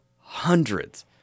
hundreds